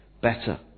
better